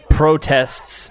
protests